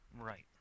Right